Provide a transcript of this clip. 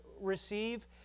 receive